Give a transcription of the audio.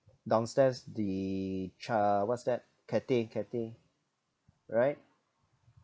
downstairs the cha~ what's that cathay cathay right